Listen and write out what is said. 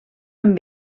amb